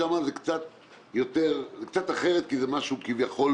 שם זה קצת אחרת, כי זה משהו חדש, כביכול,